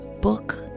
book